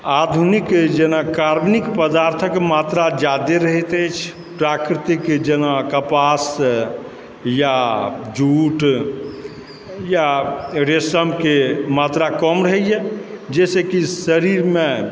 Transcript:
आधुनिक जेना कार्बनिक पदार्थक मात्रा जादे रहति अछि प्राकृतिक जेना कपास या जूट या रेसमकेँ मात्रा कम रहैए जहिसँ कि शरीरमे